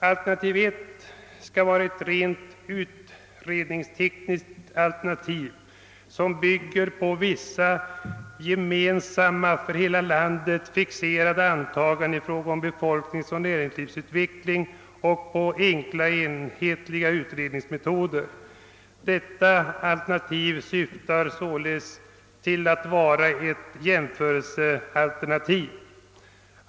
Alternativ 1 skall vara rent utredningstekniskt och bygga på vissa gemensamma, för hela landet fixerade antaganden i fråga om befolkningsoch näringslivsutveckling och på enkla, enhetliga utredningsmetoder. Detta alternativ syftar således till att vara ett jämförelsealternativ.